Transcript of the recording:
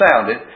sounded